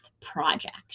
project